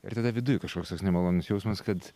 ir tada viduj kažkoks toks nemalonus jausmas kad